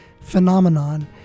phenomenon